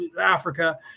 Africa